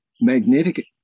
magnetic